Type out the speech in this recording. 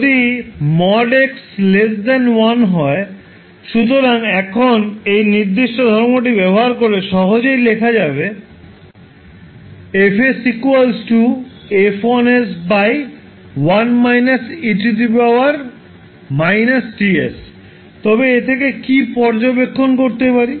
1 হয় সুতরাং এখন এই নির্দিষ্ট ধর্মটি ব্যবহার করে সহজেই লেখা যাবে 𝐹𝑠 𝐹1𝑠 1 − 𝑒−𝑇𝑠 তবে এ থেকে কী পর্যবেক্ষণ করতে পারি